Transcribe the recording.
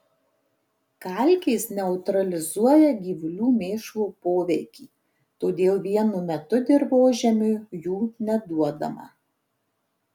kalkės neutralizuoja gyvulių mėšlo poveikį todėl vienu metu dirvožemiui jų neduodama